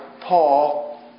Paul